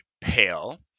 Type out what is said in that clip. pale